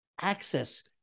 Access